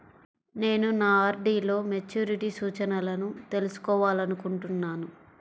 నేను నా ఆర్.డీ లో మెచ్యూరిటీ సూచనలను తెలుసుకోవాలనుకుంటున్నాను